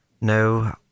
No